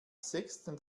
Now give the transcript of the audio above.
sechsten